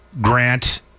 Grant